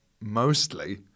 Mostly